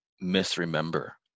misremember